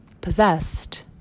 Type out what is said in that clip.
possessed